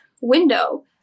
window